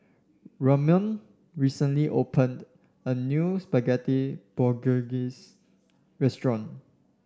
Ramon recently opened a new Spaghetti Bolognese restaurant